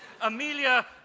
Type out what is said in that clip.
Amelia